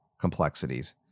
complexities